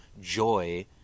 joy